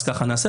אז ככה נעשה,